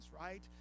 right